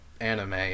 anime